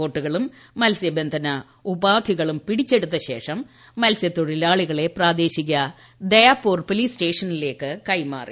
ബോട്ടുകളും മത്സ്യബന്ധന ഉപാധികളും പിടിച്ചെടുത്തശേഷം മത്സ്യത്തൊഴിലാളികളെ പ്രാദേശിക ദയാപോർ പോലീസ് സ്റ്റേഷനിലേക്ക് കൈമാറി